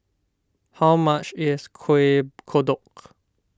how much is Kuih Kodok